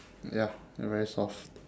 ya I very soft